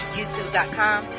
YouTube.com